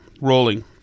rolling